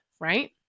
right